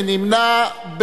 מי נמנע?